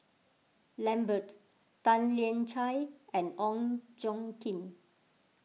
Lambert Tan Lian Chye and Ong Tjoe Kim